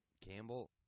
Campbell